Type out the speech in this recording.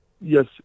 Yes